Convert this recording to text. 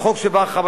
החוק שבא אחרי,